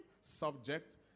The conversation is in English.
subject